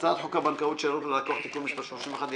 הצעת חוק הבנקאות (שירות ללקוח) (תיקון מס' 31)